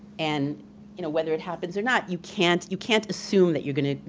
and you know whether it happens or not, you can't you can't assume that you're gonna,